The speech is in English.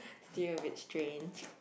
still a bit strange